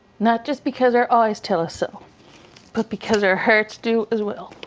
not just because our eyes tell us so but because our hearts do as well.